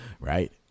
Right